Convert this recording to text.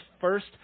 first